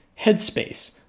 headspace